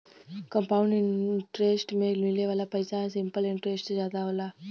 compound interest में मिले वाला पइसा सिंपल इंटरेस्ट से जादा होला